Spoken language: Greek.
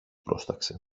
πρόσταξε